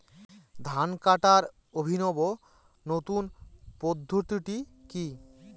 ধান কাটার অভিনব নতুন পদ্ধতিটি কি?